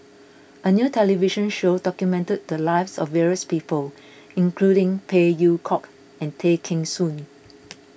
a new television show documented the lives of various people including Phey Yew Kok and Tay Kheng Soon